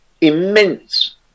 immense